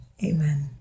Amen